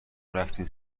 رفتیم